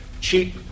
cheap